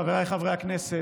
חבריי חברי הכנסת,